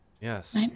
Yes